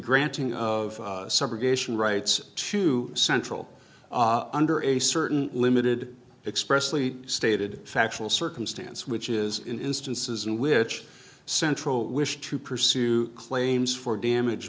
granting of subrogation rights to central under a certain limited expressly stated factual circumstance which is instances in which central wish to pursue claims for damage